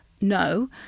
No